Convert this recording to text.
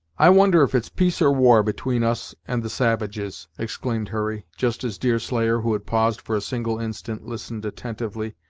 i wonder if it's peace or war, between us and the savages! exclaimed hurry, just as deerslayer, who had paused for a single instant, listened attentively,